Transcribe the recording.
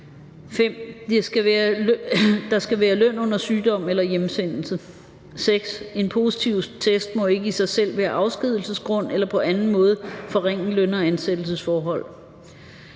5) Der skal være løn under sygdom eller hjemsendelse. 6) En positiv test må ikke i sig selv være afskedigelsesgrund eller på anden måde forringe løn- og ansættelsesforhold.